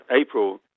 April